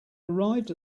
arrived